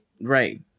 Right